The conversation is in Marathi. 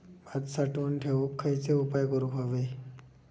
भात साठवून ठेवूक खयचे उपाय करूक व्हये?